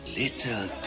little